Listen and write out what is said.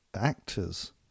actors